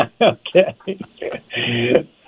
Okay